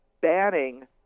banning